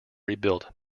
rebuilt